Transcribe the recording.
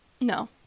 no